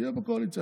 תהיה בקואליציה.